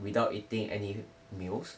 without eating any meals